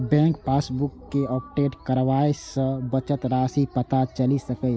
bank passbook कें update कराबय सं बचत राशिक पता चलि सकैए